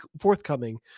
forthcoming